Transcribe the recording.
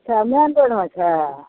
सएह मेन रोडमे छै